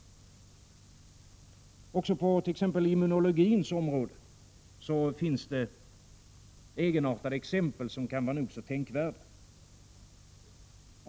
Också på t.ex. immunologins område finns det egenartade exempel som kan vara nog så tänkvärda.